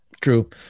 true